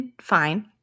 fine